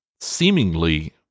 seemingly